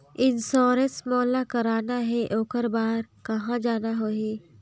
Insurance मोला कराना हे ओकर बार कहा जाना होही?